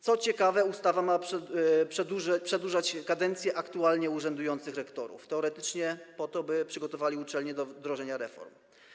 Co ciekawe, ustawa ma przedłużać kadencje aktualnie urzędujących rektorów - teoretycznie po to, by przygotowali uczelnie do wdrożenia reform.